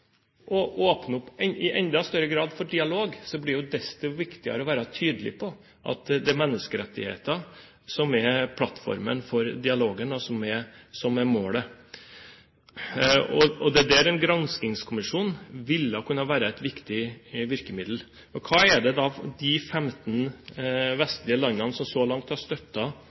åpne opp i enda større grad for dialog, blir det jo desto viktigere å være tydelig på at det er menneskerettigheter som er plattformen for dialogen, og som er målet. Det er der en granskningskommisjon ville kunne være et viktig virkemiddel. Hva er det da de 15 vestlige landene som så langt har